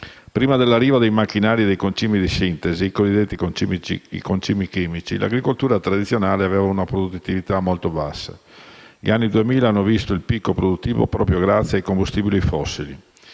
Prima dell'arrivo dei macchinari e dei concimi di sintesi - i cosiddetti concimi chimici - l'agricoltura tradizionale aveva una produttività molto bassa. Gli anni Duemila hanno visto il picco produttivo proprio grazie ai combustibili fossili.